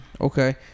okay